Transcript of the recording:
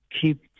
keep